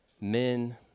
men